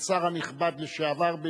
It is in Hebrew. השר הנכבד לשעבר,